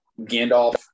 Gandalf